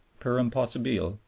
per impossibile,